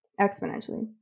exponentially